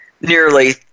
nearly